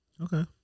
Okay